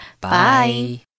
Bye